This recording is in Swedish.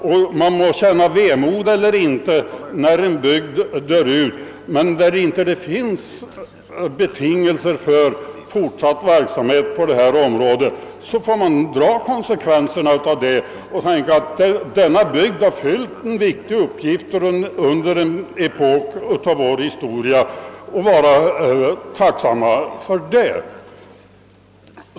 Det må kännas vemodigt när en bygd dör ut, men där det inte finns betingelser för fortsatt verksamhet på detta område, får man ta konsekvenserna och tänka på att denna bygd har fyllt en viktig uppgift under en gången epok i vår historia, och så får man vara tacksam för det.